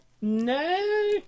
no